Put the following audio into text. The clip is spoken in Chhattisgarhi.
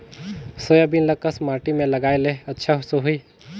सोयाबीन ल कस माटी मे लगाय ले अच्छा सोही?